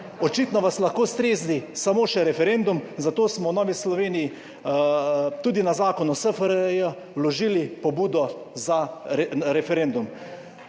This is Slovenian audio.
Očitno vas lahko strezni samo še referendum, zato smo v Novi Sloveniji tudi na zakon o SFRJ vložili pobudo za referendum.